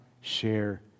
share